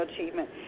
achievement